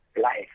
life